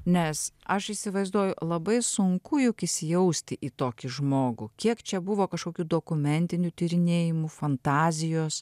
nes aš įsivaizduoju labai sunku juk įsijausti į tokį žmogų kiek čia buvo kažkokių dokumentinių tyrinėjimų fantazijos